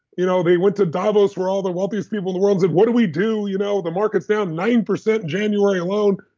you know, they went to davos where all the wealthiest people in the world said, what do we do? you know the market's down nine percent january alone.